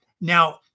Now